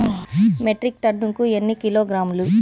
Metric టన్నుకు ఎన్ని కిలోగ్రాములు?